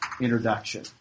introduction